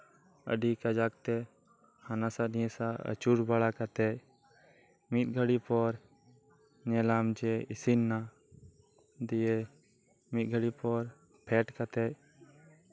ᱟᱹᱰᱤ ᱠᱟᱡᱟᱠ ᱛᱮ ᱦᱟᱱᱟ ᱥᱟᱶ ᱱᱤᱭᱟᱹ ᱥᱟᱶ ᱟᱹᱪᱩᱨ ᱵᱟᱲᱟ ᱠᱟᱛᱮᱫ ᱢᱤᱫ ᱜᱷᱟᱹᱲᱤ ᱯᱚᱨ ᱧᱮᱞᱟᱢ ᱡᱮ ᱤᱥᱤᱱ ᱮᱱᱟ ᱫᱤᱭᱮ ᱢᱤᱫ ᱜᱷᱟᱹᱲᱤ ᱯᱚᱨ ᱯᱷᱮᱰ ᱠᱟᱛᱮᱫ